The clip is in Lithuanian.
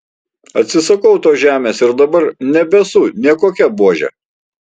atsisakau tos žemės ir dabar nebesu nė kokia buožė